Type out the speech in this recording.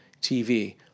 TV